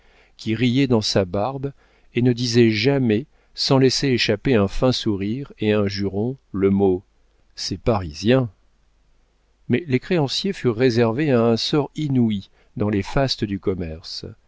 qui riait dans sa barbe et ne disait jamais sans laisser échapper un fin sourire et un juron le mot ces parisiens mais les créanciers furent réservés à un sort inouï dans les fastes du commerce